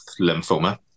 lymphoma